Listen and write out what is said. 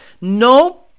no